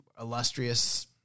illustrious